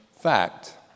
fact